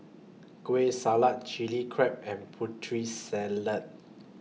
Kueh Salat Chili Crab and Putri Salad